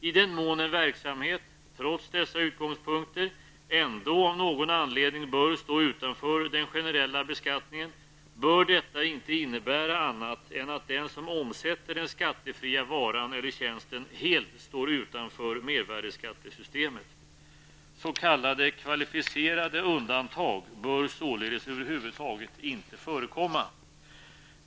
I den mån en verksamhet -- trots dessa utgångspunkter -- ändå av någon anledning bör stå utanför den generella beskattningen, bör detta inte innebära annat än att den som omsätter den skattefria varan eller tjänsten helt står utanför mervärdeskattesystemet. S.k. kvalificerade undantag bör således över huvud taget inte förekomma.